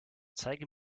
zeige